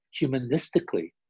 humanistically